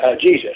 jesus